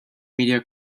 media